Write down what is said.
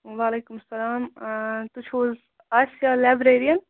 وعلیکُم سلام تُہُۍ چھِو حٕظ آسِیا لایبریرِیَن